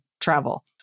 travel